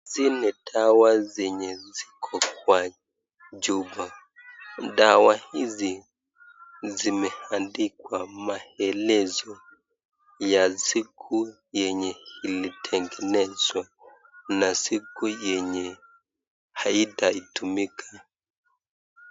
Hizi ni dawa zenye ziko kwa chupa. Dawa hizi zimeandikwa maelezo ya siku yenye ilitengenezwa na siku yenye haitatumika.